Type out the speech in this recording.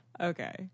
okay